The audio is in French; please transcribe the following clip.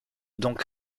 donc